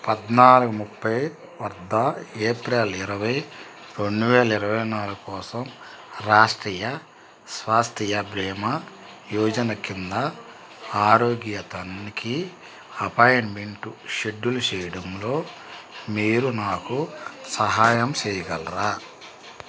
పద్నాలగు ముప్పై వద్ద ఏప్రిల్ ఇరవై రెండు వేల ఇరవై నాలుగు కోసం రాష్ట్రీయ స్వాస్థ్య భీమా యోజన కింద ఆరోగ్య తనిఖీ అపాయింట్మెంటు షెడ్యూల్ చేయడంలో మీరు నాకు సహాయం చేయగలరా